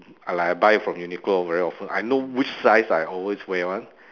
like I buy from Uniqlo very often I know which size I always wear [one]